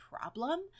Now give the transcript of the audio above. problem